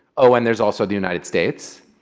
oh, and there's also the united states.